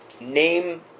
name